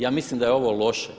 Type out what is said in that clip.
Ja mislim da je ovo loše.